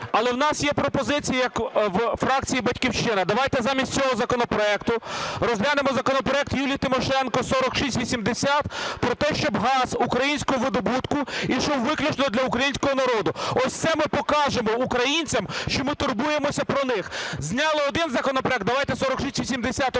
Але у нас є пропозиція як у фракції "Батьківщина". Давайте замість цього законопроекту розглянемо законопроект Юлії Тимошенко 4680 про те, щоб газ українського видобутку йшов виключно для українського народу. Ось це ми покажемо українцям, що ми турбуємося про них. Зняли один законопроект - давайте 4680 розглянемо,